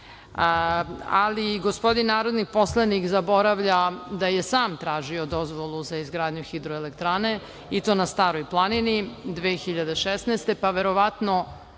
ali gospodin narodni poslanik zaboravlja da je sam tražio dozvolu za izgradnju hidroelektrane i to na Staroj planini 2016. godine, pa verovatno